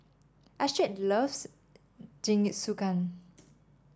Astrid loves Jingisukan